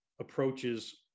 approaches